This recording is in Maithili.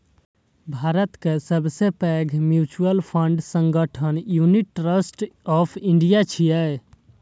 भारतक सबसं पैघ म्यूचुअल फंड संगठन यूनिट ट्रस्ट ऑफ इंडिया छियै